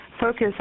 focus